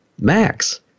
max